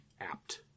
apt